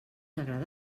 agrada